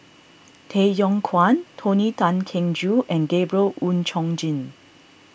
Tay Yong Kwang Tony Tan Keng Joo and Gabriel Oon Chong Jin